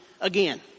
again